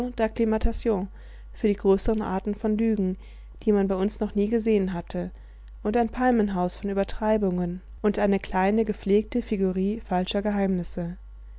für die größeren arten von lügen die man bei uns noch nie gesehen hatte und ein palmenhaus von übertreibungen und eine kleine gepflegte figuerie falscher geheimnisse